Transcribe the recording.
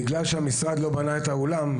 בגלל שהמשרד לא בנה את האולם,